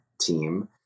team